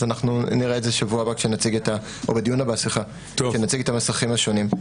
אז אנחנו נראה את זה בדיון הבא כשנציג את המסכים השונים.